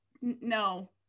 no